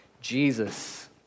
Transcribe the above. Jesus